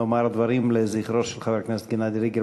נאמר דברים לזכרו של חבר הכנסת גנדי ריגר